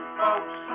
folks